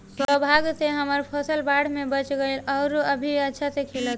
सौभाग्य से हमर फसल बाढ़ में बच गइल आउर अभी अच्छा से खिलता